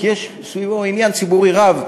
כי יש סביבו עניין ציבורי רב,